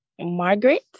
Margaret